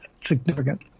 Significant